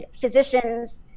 physicians